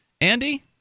Andy